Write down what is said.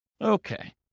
Okay